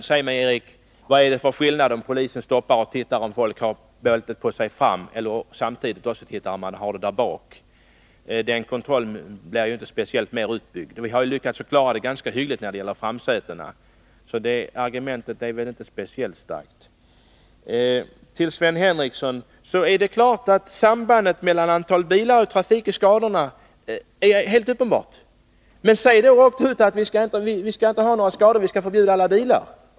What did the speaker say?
Men säg mig, Eric Rejdnell, vad det är för skillnad på om polisen stoppar bilar för att se efter om folk har bältet på sig i framsätet och om de också tittar hur det är i baksätet — det behövs ju inte någon speciellt utökad kontroll för det. Vi har lyckats klara kontrollen ganska hyggligt när det gäller framsätena, så det argument Eric Rejdnell förde fram är väl inte särskilt starkt. Till Sven Henricsson: Sambandet mellan antalet bilar i trafiken och antalet skador är helt uppenbart. Men säg då rakt ut: Vi skall inte ha några skador — vi skall förbjuda alla bilar.